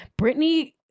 Britney